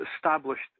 established